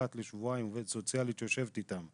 אחת לשבועיים עובדת סוציאלית שיושבת איתם.